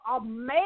amazing